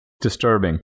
Disturbing